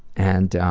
and